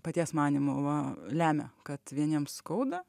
paties manymu va lemia kad vieniem skauda